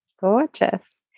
Gorgeous